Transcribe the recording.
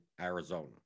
Arizona